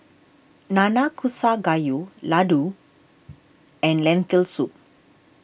Nanakusa Gayu Ladoo and Lentil Soup